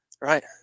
Right